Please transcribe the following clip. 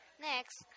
Next